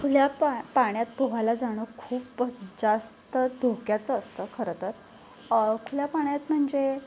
खुल्या पा पाण्यात पोहायला जाणं खूप जास्त धोक्याचं असतं खरंतर खुल्या पाण्यात म्हणजे